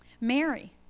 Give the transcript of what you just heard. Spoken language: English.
Mary